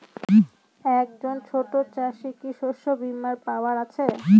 একজন ছোট চাষি কি শস্যবিমার পাওয়ার আছে?